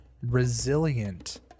resilient